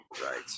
right